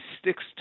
sticks